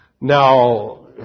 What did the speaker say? Now